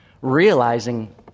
realizing